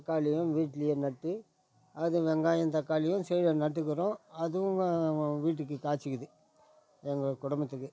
தக்காளியும் வீட்டிலயே நட்டு அது வெங்காயம் தக்காளியும் சைடில் நட்டுக்கிறோம் அதுவும் வீட்டுக்கு காய்ச்சுக்குது அது எங்கள் குடும்பத்துக்கு